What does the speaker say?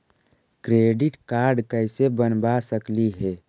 Credit card कैसे बनबा सकली हे?